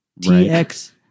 TX